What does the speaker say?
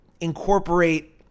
incorporate